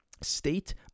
state